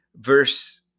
verse